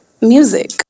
music